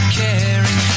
caring